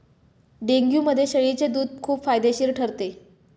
डेंग्यूमध्ये शेळीचे दूध खूप फायदेशीर ठरते